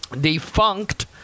Defunct